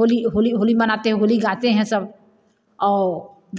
होली होली होली मनाते है होली गाते हैं सब अओ